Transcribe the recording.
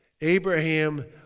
Abraham